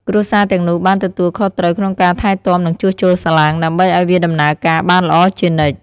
គ្រួសារទាំងនោះបានទទួលខុសត្រូវក្នុងការថែទាំនិងជួសជុលសាឡាងដើម្បីឱ្យវាដំណើរការបានល្អជានិច្ច។